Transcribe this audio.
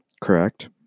Correct